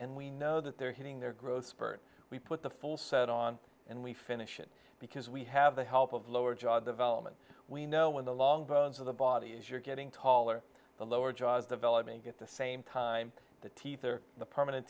and we know that they're hitting their growth spurt we put the full set on and we finish it because we have the help of lower jaw development we know when the long bones of the body as you're getting taller the lower jaw develop me at the same time the teeth are the permanent